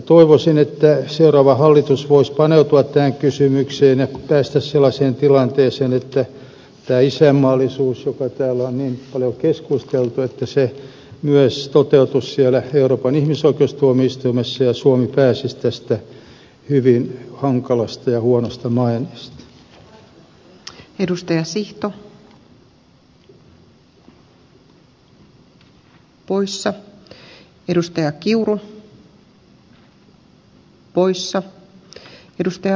toivoisin että seuraava hallitus voisi paneutua tähän kysymykseen ja päästäisiin sellaiseen tilanteeseen että tämä isänmaallisuus josta täällä on niin paljon keskusteltu myös toteutuisi siellä euroopan ihmisoikeustuomioistuimessa ja suomi pääsisi tästä hyvin hankalasta ja huonosta maineesta